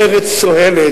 לארץ סואנת,